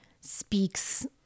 speaks